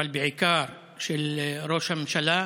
אבל בעיקר של ראש הממשלה,